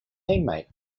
teammate